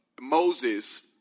Moses